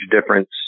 difference